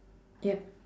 yup